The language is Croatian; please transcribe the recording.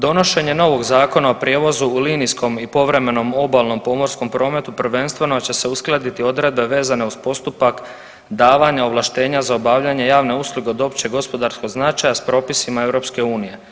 Donošenje novog Zakona o prijevozu u linijskom i povremenom obalnom pomorskom prometu prvenstveno će se uskladiti odredbe vezane uz postupak davanja ovlaštenja za obavljanje javne usluge od općeg gospodarskog značaja s propisima EU.